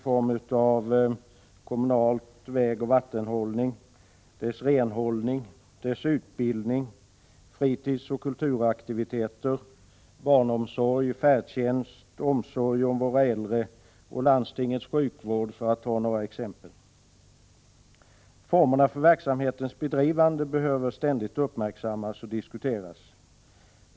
Det gäller kommunal vägoch vattenhållning, renhållning, utbildning, fritidsoch kulturaktiviteter, barnomsorg, färdtjänst, omsorg om våra äldre och landstingets sjukvård, för att ta några exempel. Formerna för verksamhetens bedrivande behöver ständigt uppmärksammas och diskuteras.